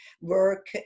work